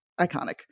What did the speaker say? Iconic